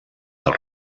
del